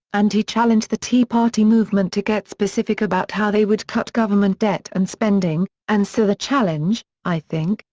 and he challenged the tea party movement to get specific about how they would cut government debt and spending and so the challenge, i think,